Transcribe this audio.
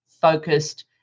focused